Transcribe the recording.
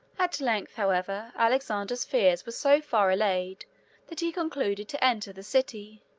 at length, however, alexander's fears were so far allayed that he concluded to enter the city.